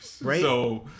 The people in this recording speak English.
Right